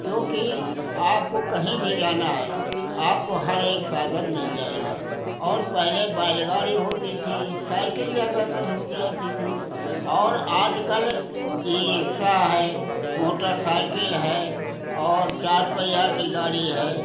क्योंकि आपको कही भी जाना है आपको हर एक साधन मिल जाएगा और पहले बैलगाड़ी होती थी साइकिल ज़्यादातर हो जाती थी और आज कल ई रिक्शा है मोटर साइकिल है और चार पहिया की गाड़ी है